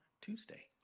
Tuesday